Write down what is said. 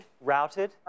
routed